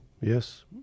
Yes